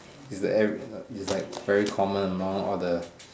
is like every no is like very common now all the